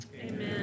Amen